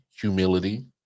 humility